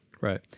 Right